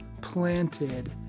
planted